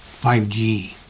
5G